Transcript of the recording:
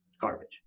garbage